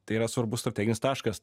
tai yra svarbus strateginis taškas